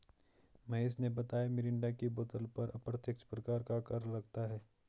महेश ने बताया मिरिंडा की बोतल पर अप्रत्यक्ष प्रकार का कर लगता है